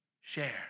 share